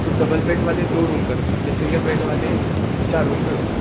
तो double bed वाले दो रूम कर दूँ क्या सिंगल बेड वाले चार रूम कर दूँ